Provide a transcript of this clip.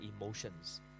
emotions